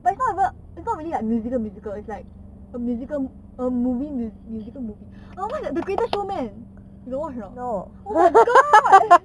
but it's not it's not it's not really like a musical musical it's like a musical a movie musi~ musical movie what about the greatest showman you got watch or not oh my god